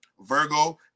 Virgo